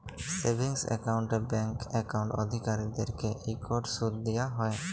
savings একাউল্টে bank account অধিকারীদেরকে ইকট সুদ দিয়া হ্যয়